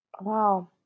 Wow